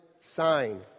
sign